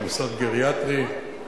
במוסד גריאטרי.